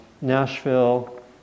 Nashville